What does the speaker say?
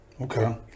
okay